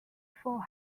for